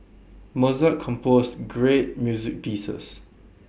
Mozart composed great music pieces